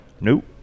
nope